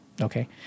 Okay